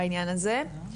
בעניין הזה.